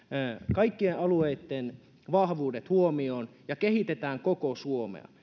kaikkien alueitten vahvuudet huomioon ja kehitetään koko suomea